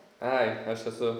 ai aš esu